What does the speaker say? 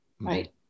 right